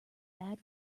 bad